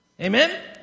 Amen